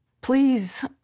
Please